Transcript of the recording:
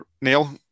Neil